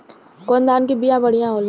कौन धान के बिया बढ़ियां होला?